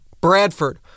Bradford